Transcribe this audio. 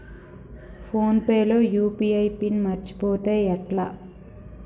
Phone pay లో UPI PIN మరచిపోతే ఎట్లా?